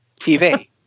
tv